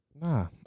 Nah